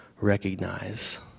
recognize